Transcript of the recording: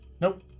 Nope